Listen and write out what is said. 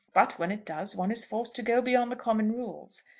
but when it does, one is forced to go beyond the common rules.